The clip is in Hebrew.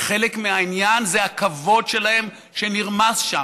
וחלק מהעניין זה הכבוד שלהם שנרמס שם.